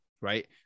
right